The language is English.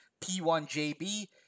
p1jb